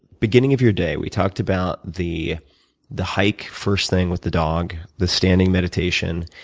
beginning of your day, we talked about the the hike first thing with the dog, the standing meditation